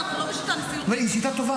אנחנו לא בובות, זה בסדר.